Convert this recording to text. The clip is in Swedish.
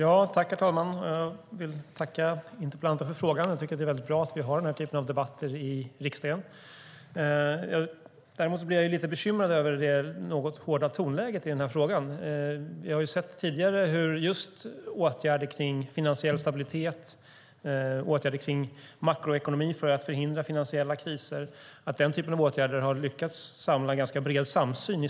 Herr talman! Jag vill tacka interpellanten för frågan. Jag tycker att det är väldigt bra att vi har den här typen av debatter i riksdagen. Däremot blir jag lite bekymrad över det något hårda tonläget. Tidigare har det funnits en ganska bred samsyn i Sveriges riksdag om åtgärder kring finansiell stabilitet och makroekonomi och åtgärder för att förhindra finansiella kriser.